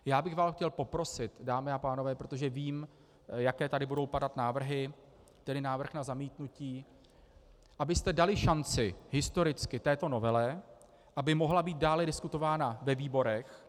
Chtěl bych vás poprosit, dámy a pánové, protože vím, jaké tady budou padat návrhy, tedy návrh na zamítnutí, abyste dali šanci historicky této novele, aby mohla být dále diskutována ve výborech.